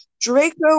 Draco